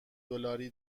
دلاری